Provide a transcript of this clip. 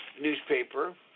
newspaper